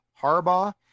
harbaugh